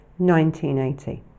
1980